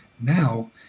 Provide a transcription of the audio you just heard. now